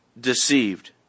deceived